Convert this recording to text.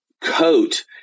coat